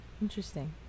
Interesting